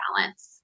balance